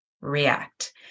react